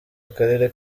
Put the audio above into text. akarere